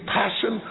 passion